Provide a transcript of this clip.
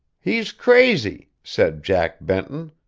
he's crazy! said jack benton,